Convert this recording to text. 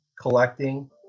collecting